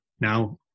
now